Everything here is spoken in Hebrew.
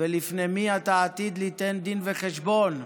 ולפני מי אתה עתיד ליתן דין וחשבון".